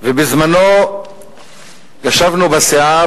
ובזמנו ישבנו בסיעה,